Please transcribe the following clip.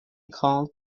called